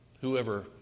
whoever